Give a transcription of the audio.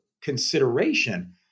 consideration